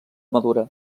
madura